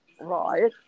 Right